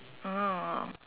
ah